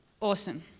awesome